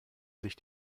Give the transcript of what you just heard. sich